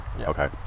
okay